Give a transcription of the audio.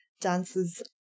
dances